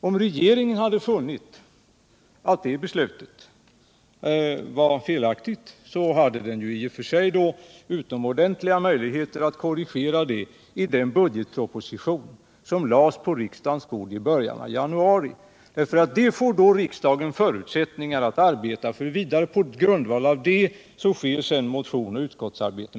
Om regeringen sedan hade funnit att det beslutet var felaktigt, hade den i och för sig haft utomordentliga möjligheter att korrigera det i den budgetproposition som lades på riksdagens bord i början av januari, eftersom riksdagen där får nya förutsättningar att behandla ärendet, och på den grundvalen företas sedan motionsoch utskottsarbete.